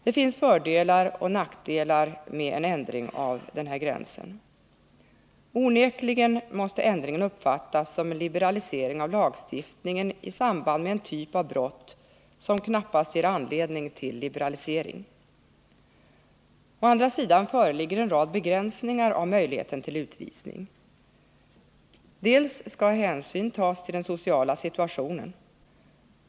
Det finns fördelar och nackdelar med en ändring av denna gräns. Onekligen måste ändringen uppfattas som en liberalisering av lagstiftningen i samband med en typ av brott som knappast ger anledning till liberalisering. Å andra sidan föreligger en rad begränsningar av möjligheten till utvisning: Hänsyn skall tas till den sociala situationen.